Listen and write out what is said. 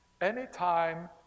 Anytime